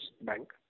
bank